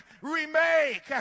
remake